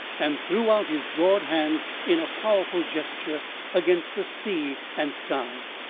and threw out his broad hands in a powerful gesture against the sea and sky.